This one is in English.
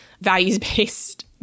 values-based